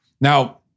Now